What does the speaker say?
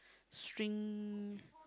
string